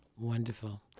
wonderful